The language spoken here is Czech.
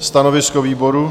Stanovisko výboru?